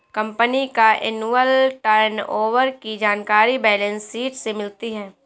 company का annual turnover की जानकारी बैलेंस शीट से मिलती है